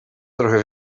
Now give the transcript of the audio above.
trochę